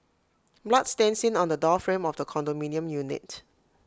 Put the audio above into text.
blood stain seen on the door frame of the condominium unit